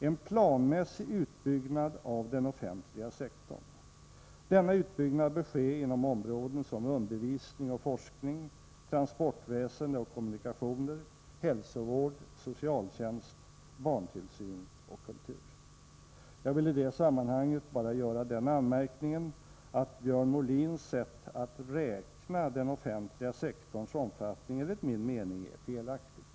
En planmässig utbyggnad av den offentliga sektorn. Denna utbyggnad bör ske inom områden som undervisning och forskning, transportväsende och kommunikationer, hälsovård, socialtjänst, barntillsyn samt kultur. Jag vill i det sammanhanget bara göra den anmärkningen, att Björn Molins sätt att beräkna den offentliga sektorns omfattning enligt min mening är felaktigt.